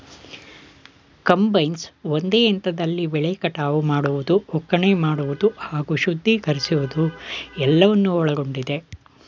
combines ಒಂದೇ ಯಂತ್ರದಲ್ಲಿ ಬೆಳೆ ಕಟಾವು ಮಾಡುವುದು ಒಕ್ಕಣೆ ಮಾಡುವುದು ಹಾಗೂ ಶುದ್ಧೀಕರಿಸುವುದು ಎಲ್ಲವನ್ನು ಒಳಗೊಂಡಿದೆ